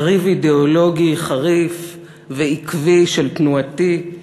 יריב אידיאולוגי חריף ועקבי של תנועתי.